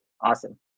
Awesome